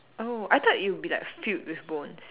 oh I thought it would be like filled with bones